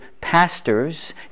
pastors